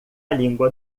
língua